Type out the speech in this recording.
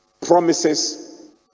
promises